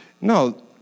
no